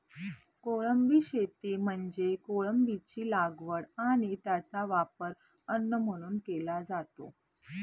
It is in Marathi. कोळंबी शेती म्हणजे कोळंबीची लागवड आणि त्याचा वापर अन्न म्हणून केला जातो